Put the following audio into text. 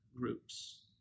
groups